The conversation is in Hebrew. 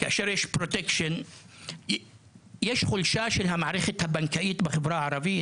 יש חולשה של המערכת הכלכלית בחברה הערבית.